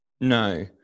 No